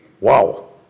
Wow